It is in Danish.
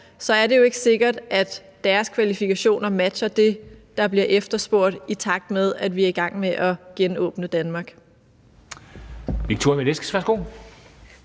er det jo ikke sikkert, at deres kvalifikationer matcher det, der bliver efterspurgt, i takt med at vi er i gang med at genåbne Danmark.